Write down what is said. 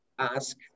ask